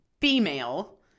female